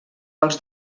pels